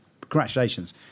Congratulations